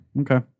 Okay